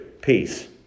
Peace